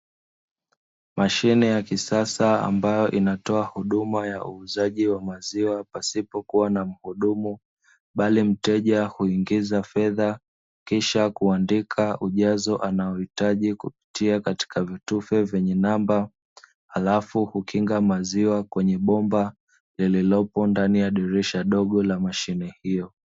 Mashine ya kisasa ambayo inatoa huduma ya uuzaji wa maziwa pasipokuwa na mhudumu, bali mteja huingiza fedha kisha kuandika ujazo anaouhitaji kupitia katika vitufe vyenye namba, halafu kukinga maziwa kwenye bomba, lililopo ndani ya dirisha dogo la mashine hiyo.